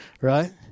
right